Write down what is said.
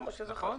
זה מה שזכור לי.